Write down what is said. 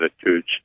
attitudes